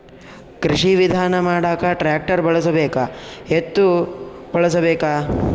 ಕೃಷಿ ವಿಧಾನ ಮಾಡಾಕ ಟ್ಟ್ರ್ಯಾಕ್ಟರ್ ಬಳಸಬೇಕ, ಎತ್ತು ಬಳಸಬೇಕ?